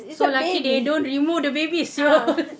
so lucky they don't remove the baby sia